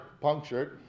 punctured